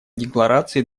декларации